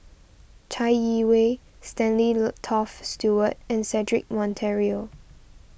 Chai Yee Wei Stanley Toft Stewart and Cedric Monteiro